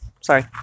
Sorry